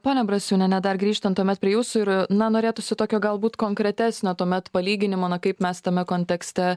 ponia brasiūniene dar grįžtant tuomet prie jūsų ir na norėtųsi tokio galbūt konkretesnio tuomet palyginimo na kaip mes tame kontekste